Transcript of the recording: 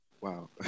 Wow